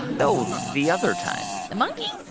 no, the other time the monkeys?